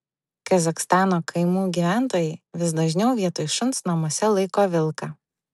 kazachstano kaimų gyventojai vis dažniau vietoj šuns namuose laiko vilką